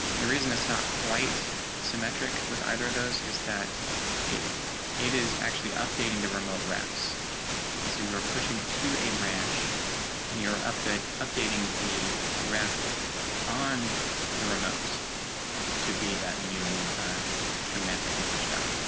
the reason it's not quite symmetric with either of those is that it it is actually updating the remote rafts and so you're pushing to a branch and your update updating the rough on the remote to be that new command that you pushed up